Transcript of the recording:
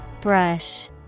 Brush